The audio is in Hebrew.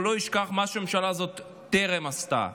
הוא לא ישכח מה שהממשלה הזאת טרם עשתה.